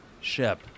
ship